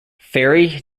fairy